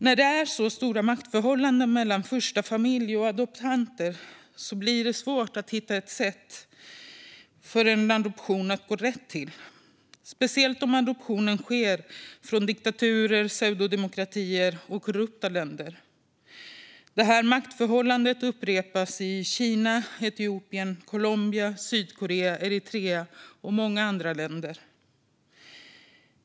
När maktförhållandet mellan första familj och adoptanter är så ojämlikt blir det svårt att hitta sätt för adoptioner att gå rätt till, särskilt om adoptionerna sker från diktaturer, pseudodemokratier och korrupta länder. Det ojämlika maktförhållandet upprepar sig i Kina, Etiopien, Colombia, Sydkorea, Eritrea och många andra länder.